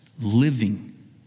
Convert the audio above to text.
living